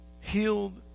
healed